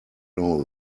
know